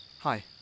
Hi